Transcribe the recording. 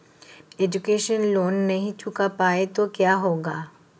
Education loan नहीं चुका पाए तो क्या होगा?